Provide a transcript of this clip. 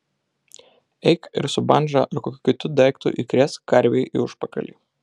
eik ir su bandža ar kokiu kitu daiktu įkrėsk karvei į užpakalį